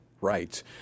Rights